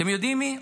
אתם יודעים מי?